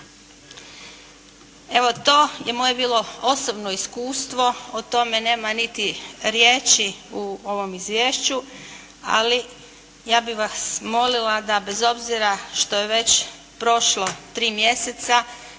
Evo to je moje bilo osobno iskustvo, o tome nema niti riječi u ovom izvješću, ali ja bih vas molila da bez obzira što je već prošlo 3 mjeseca